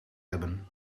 hebben